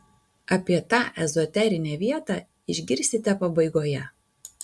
apie tą ezoterinę vietą išgirsite pabaigoje